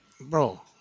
bro